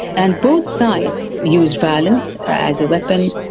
and both sides used violence as a weapon,